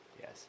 Yes